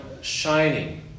shining